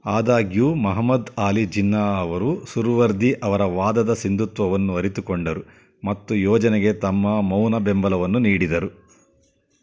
ಆದಾಗ್ಯೂ ಮಹಮ್ಮದ್ ಆಲಿ ಜಿನ್ನಾ ಅವರು ಸುರ್ವರ್ದಿ ಅವರ ವಾದದ ಸಿಂಧುತ್ವವನ್ನು ಅರಿತುಕೊಂಡರು ಮತ್ತು ಯೋಜನೆಗೆ ತಮ್ಮ ಮೌನ ಬೆಂಬಲವನ್ನು ನೀಡಿದರು